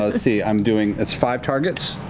ah see, i'm doing it's five targets?